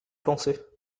pensais